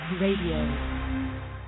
Radio